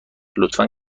لطفا